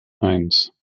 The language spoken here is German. eins